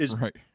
Right